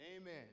amen